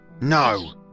No